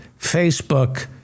Facebook